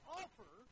offer